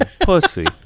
pussy